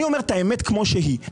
אני אומר את האמת כמו שהיא.